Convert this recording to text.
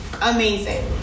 Amazing